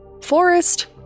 Forest